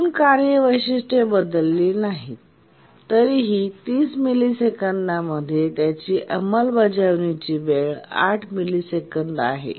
एकूण कार्य वैशिष्ट्ये बदललेली नाहीत तरीही प्रत्येक 30 मिलिसेकंदांमध्ये त्याची अंमलबजावणी वेळ 8 मिली सेकंद आहे